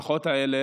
המשפחות האלה